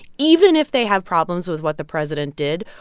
even if they have problems with what the president did,